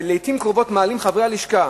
שלעתים קרובות מעלים חברי הלשכה